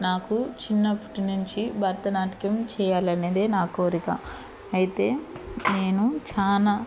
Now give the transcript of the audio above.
నాకు చిన్నప్పటి నుంచి భరతనాట్యం చేయాలనేదే నా కోరిక అయితే నేను చాలా